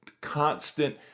constant